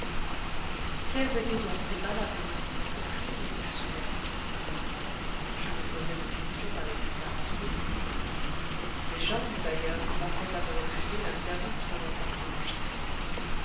quels étaient donc tes valables motifs pour fuir les ruches humaines je me posais cette question avec un certain trouble mes jambes d'ailleurs commençaient à me refuser un service trop longtemps prolongé